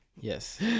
Yes